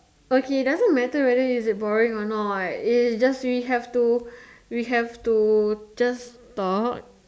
okay doesn't matter whether is it boring or not is just say we have to just taught